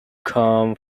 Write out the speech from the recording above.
come